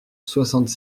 soixante